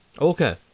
Okay